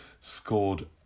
scored